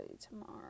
tomorrow